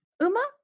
Uma